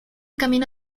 camino